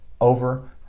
over